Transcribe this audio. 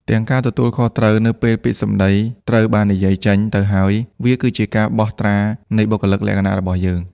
ទាំងការទទួលខុសត្រូវ នៅពេលពាក្យសម្ដីត្រូវបាននិយាយចេញទៅហើយ វាគឺជាការបោះត្រានៃបុគ្គលិកលក្ខណៈរបស់យើង។